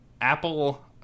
Apple